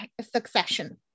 succession